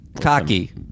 cocky